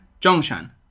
Zhongshan